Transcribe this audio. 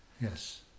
Yes